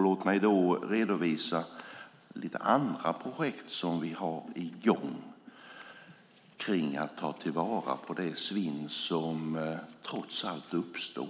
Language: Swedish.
Låt mig redovisa några andra projekt som vi har i gång för att ta till vara det svinn som trots allt uppstår.